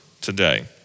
today